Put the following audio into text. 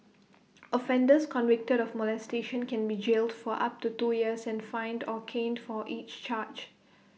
offenders convicted of molestation can be jailed for up to two years and fined or caned for each charge